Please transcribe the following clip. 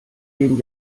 geben